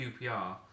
QPR